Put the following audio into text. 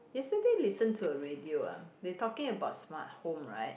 yesterday listen to a radio ah they talking about smart home right